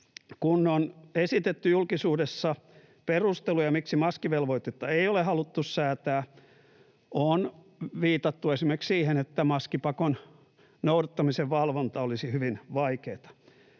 Kun on esitetty julkisuudessa perusteluja, miksi maskivelvoitetta ei ole haluttu säätää, on viitattu esimerkiksi siihen, että maskipakon noudattamisen valvonta olisi hyvin vaikeata.